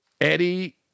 Eddie